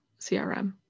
CRM